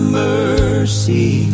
mercy